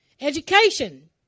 Education